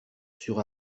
sur